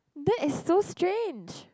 that is so strange